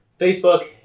Facebook